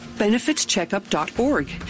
benefitscheckup.org